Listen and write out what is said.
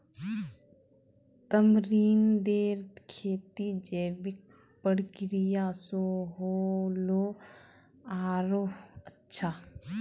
तमरींदेर खेती जैविक प्रक्रिया स ह ल आरोह अच्छा